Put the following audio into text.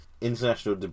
International